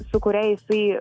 su kuria jisai